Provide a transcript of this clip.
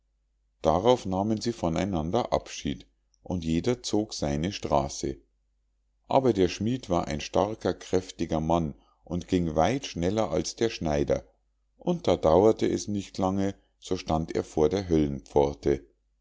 darauf nahmen sie von einander abschied und jeder zog seine straße aber der schmied war ein starker kräftiger mann und ging weit schneller als der schneider und da dauerte es nicht lange so stand er vor der